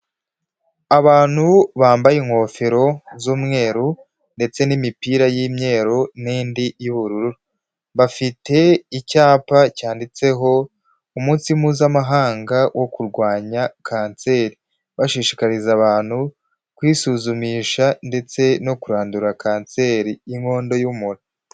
Abantu bambaye ingofero z'umweru, ndetse n'imipira y'imyeru, n'indi y'ubururu, bafite icyapa cyanditseho umunsi mpuzamahanga wo kurwanya kanseri, bashishikariza abantu kwisuzumisha, ndetse no kurandura kanseri y'inkondo y'umura.